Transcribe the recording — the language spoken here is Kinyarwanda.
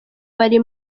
bari